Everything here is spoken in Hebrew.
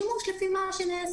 אבל שימוש לפי מה שנעשה,